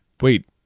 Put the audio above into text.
Wait